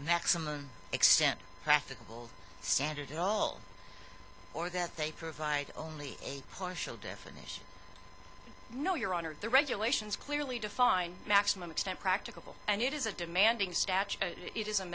some extent practicable standard at all or that they provide only a partial definition no your honor the regulations clearly define maximum extent practicable and it is a demanding